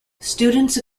students